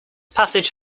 passage